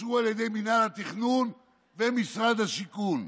שאושרו על ידי מינהל התכנון במשרד השיכון,